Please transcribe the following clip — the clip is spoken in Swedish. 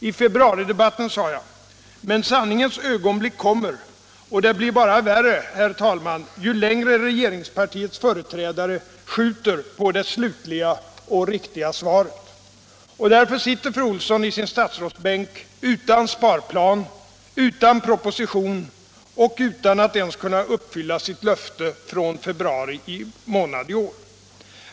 I februaridebatten sa jag: ”Men sanningens ögonblick kommer och det blir bara värre, herr talman, ju längre regeringspartiets företrädare skjuter på det slutliga och riktiga svaret.” Därför sitter fru Olsson i sin statsrådsbänk utan sparplan, utan proposition och utan att ens kunna uppfylla sitt löfte från februari månad i år.